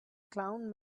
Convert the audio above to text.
clown